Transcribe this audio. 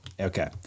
Okay